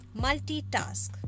Multitask